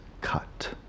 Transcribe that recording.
cut